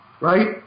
right